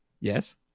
Yes